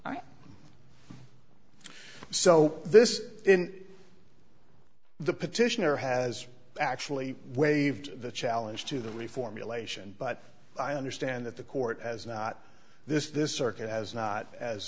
yes so this the petitioner has actually waived the challenge to the reformulation but i understand that the court has not this this circuit has not as